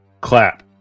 clap